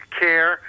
care